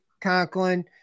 Conklin